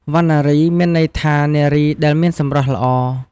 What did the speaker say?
វណ្ណារី មានន័យថានារីដែលមានសម្រស់ល្អ។